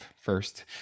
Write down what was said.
first